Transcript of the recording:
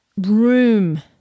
room